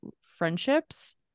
friendships